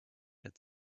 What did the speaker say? had